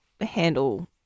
handle